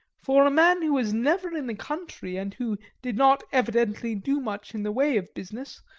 for a man who was never in the country, and who did not evidently do much in the way of business,